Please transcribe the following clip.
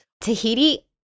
Tahiti